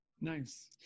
Nice